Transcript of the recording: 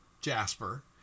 jasper